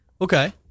Okay